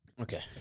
Okay